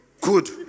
Good